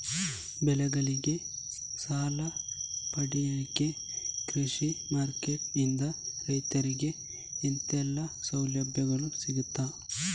ಬೆಳೆಗಳಿಗೆ ಸಾಲ ಪಡಿಲಿಕ್ಕೆ ಕೃಷಿ ಮಾರ್ಕೆಟ್ ನಿಂದ ರೈತರಿಗೆ ಎಂತೆಲ್ಲ ಸೌಲಭ್ಯ ಸಿಗ್ತದ?